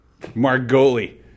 Margoli